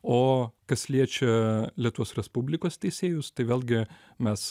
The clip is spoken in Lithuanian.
o kas liečia lietuvos respublikos teisėjus tai vėlgi mes